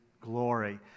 glory